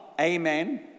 Amen